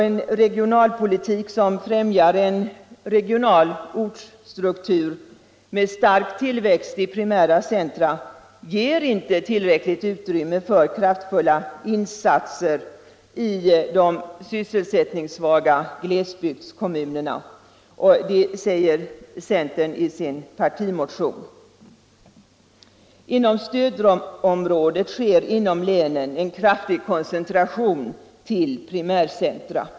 En regionalpolitik som främjar en regional ortsstruktur med stark tillväxt i primära centra ger inte tillräckligt utrymme för kraftfulla insatser i de sysselsättningssvaga glesbygdskommunerna, framhåller centern i sin partimotion. I stödområdet sker inom länen en kraftig koncentration till primärcentra.